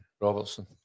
Robertson